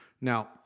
Now